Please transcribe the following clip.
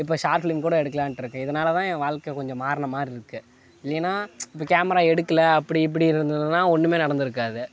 இப்போ short film கூட எடுக்கலாம்ன்ட்டு இருக்கேன் இதனால் தான் என் வாழ்க்கை கொஞ்சம் மாறின மாதிரி இருக்குது இல்லைனா இப்போ கேமரா எடுக்கலை அப்படி இப்படி இருந்ததுன்னா ஒன்றுமே நடந்திருக்காது